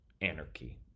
anarchy